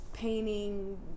painting